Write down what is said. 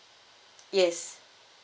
yes